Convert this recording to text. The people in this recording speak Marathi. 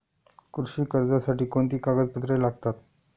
कृषी कर्जासाठी कोणती कागदपत्रे लागतात?